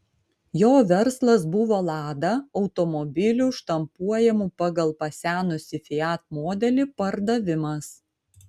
jo verslas buvo lada automobilių štampuojamų pagal pasenusį fiat modelį pardavimas